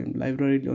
library